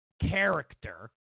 character